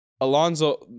Alonso